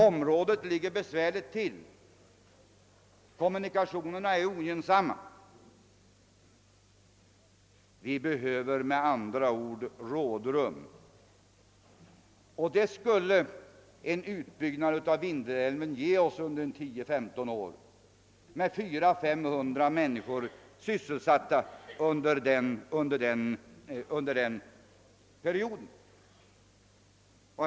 Området ligger besvärligt till, och kommunikationerna är ogynnsamma. Vi behöver med andra ord rådrum, och det skulle en utbyggnad av Vindelälven ge oss under tio till femton år med 400 å 500 människor sysselsatta under den perioden.